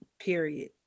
Period